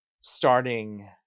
starting